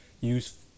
use